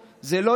זה נתון להחלטתו.